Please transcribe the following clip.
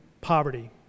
poverty